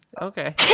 Okay